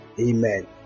Amen